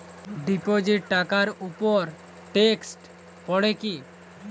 Deposit টাকার উপর tax পড়ে কি?